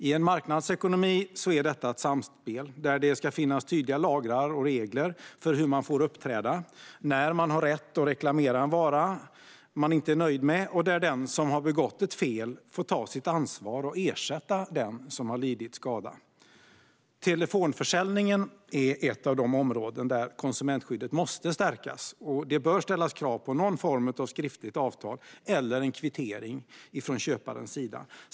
I en marknadsekonomi är detta ett samspel där det ska finnas tydliga lagar och regler för hur man får uppträda och när man har rätt att reklamera en vara man inte är nöjd med. Den som har begått ett fel får ta sitt ansvar och ersätta den som har lidit skada. Telefonförsäljningen är ett av de områden där konsumentskyddet måste stärkas. Det bör ställas krav på någon form av skriftligt avtal eller kvittering från köparens sida.